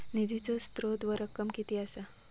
निधीचो स्त्रोत व रक्कम कीती असा?